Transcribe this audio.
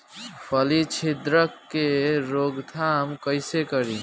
फली छिद्रक के रोकथाम कईसे करी?